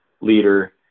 leader